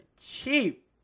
cheap